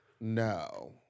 No